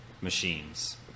machines